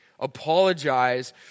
apologize